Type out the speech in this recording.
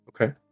Okay